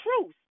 truth